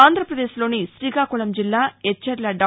ఆంధ్రప్రదేశ్ లోని గ్రీకాకుళం జిల్లా ఎచ్చెర్ల డా